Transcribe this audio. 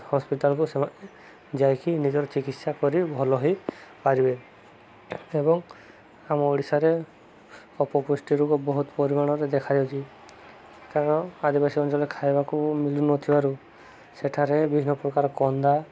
ହସ୍ପିଟାଲକୁ ସେମାନେ ଯାଇକି ନିଜର ଚିକିତ୍ସା କରି ଭଲ ହେଇପାରିବେ ଏବଂ ଆମ ଓଡ଼ିଶାରେ ଅପପୁଷ୍ଟି ରୋଗ ବହୁତ ପରିମାଣରେ ଦେଖାଯାଉଛି କାରଣ ଆଦିବାସୀ ଅଞ୍ଚଳରେ ଖାଇବାକୁ ମିଳୁନଥିବାରୁ ସେଠାରେ ବିଭିନ୍ନ ପ୍ରକାର କନ୍ଦା